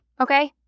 Okay